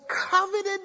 coveted